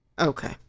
okay